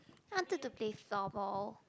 wanted to play floorball